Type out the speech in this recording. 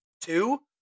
two